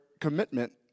commitment